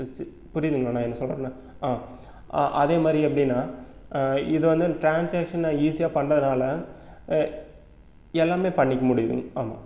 C புரியிதுங்களா நான் என்ன சொல்லுறேனு ஆ அதே மாதிரி எப்படினா இது வந்து ட்ரான்ஸாக்ஷன் நான் ஈஸியாக பண்ணதால் எல்லாமே பண்ணிக்க முடியுது ஆமாம்